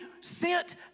sent